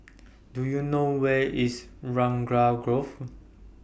Do YOU know Where IS Raglan Grove